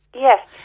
yes